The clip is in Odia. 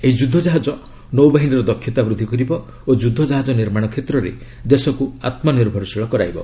ଏହି ଯୁଦ୍ଧ ଜାହାଜ ନୌବାହିନୀର ଦକ୍ଷତା ବୃଦ୍ଧି କରିବ ଓ ଯୁଦ୍ଧ ଜାହାଜ ନିର୍ମାଣ କ୍ଷେତ୍ରରେ ଦେଶକୁ ଆତ୍ମନିର୍ଭରଶୀଳ କରାଇବ